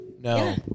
no